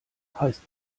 heißt